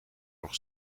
nog